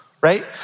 right